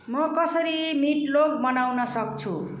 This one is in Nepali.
म कसरी मिटलोफ बनाउन सक्छु